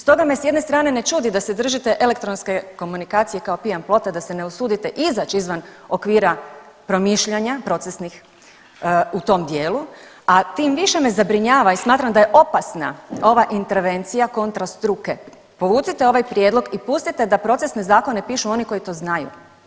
Stoga me s jedne strane ne čudi da se držite elektronske komunikacije kao pijan plota da se ne usudite izać izvan okvira promišljanja procesnih u tom dijelu, a tim više me zabrinjava i smatram da je opasna ova intervencija kontra struke, povucite ovaj prijedlog i pustite da procesne zakone pišu oni koji to znaju.